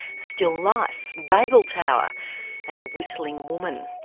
still life, babel tower and a whistling woman.